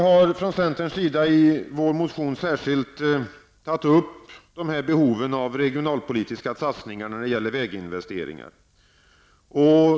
Vi i centern har i vår motion särskilt tagit upp behoven av regionalpolitiska satsningar på väginvesteringarna.